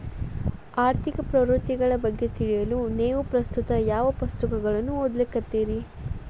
ಆರ್ಥಿಕ ಪ್ರವೃತ್ತಿಗಳ ಬಗ್ಗೆ ತಿಳಿಯಲು ನೇವು ಪ್ರಸ್ತುತ ಯಾವ ಪುಸ್ತಕಗಳನ್ನ ಓದ್ಲಿಕತ್ತಿರಿ?